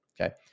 okay